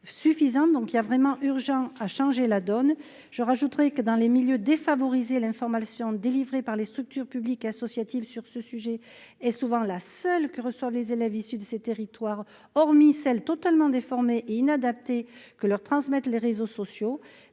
il a vraiment urgent, a changé la donne, je rajouterai que, dans les milieux défavorisés l'information délivrée par les structures publiques associatives sur ce sujet est souvent la seule que reçoivent les élèves issus de ces territoires, hormis celle totalement déformée inadaptés que leur transmettre les réseaux sociaux,